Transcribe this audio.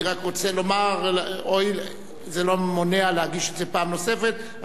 אני רק רוצה לומר שזה לא מונע להגיש את זה פעם נוספת,